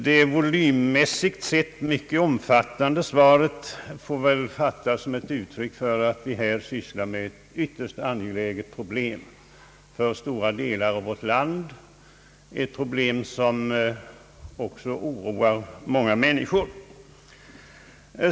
Det volymmässigt sett mycket omfattande svaret får väl fattas som ett uttryck för att vi här sysslar med ett ytterst angeläget problem för stora delar av vårt land — ett problem som också oroar många människor.